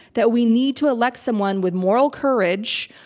that we need to elect someone with moral courage,